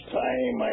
time